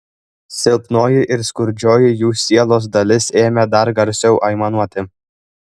silpnoji ir skurdžioji jų sielos dalis ėmė dar garsiau aimanuoti